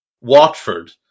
Watford